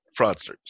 fraudsters